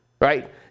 right